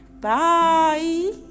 bye